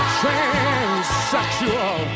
transsexual